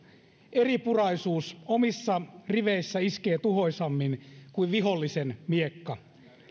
eripuraisuus omissa riveissä iskee tuhoisammin kuin vihollisen miekka